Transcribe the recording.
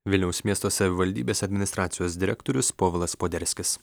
vilniaus miesto savivaldybės administracijos direktorius povilas poderskis